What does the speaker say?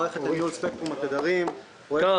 מערכת לניהול ספקטרום התדרים --- טוב.